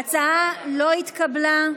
ההצעה לא התקבלה.